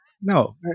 No